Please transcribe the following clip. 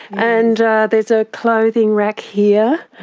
and there's a clothing rack here.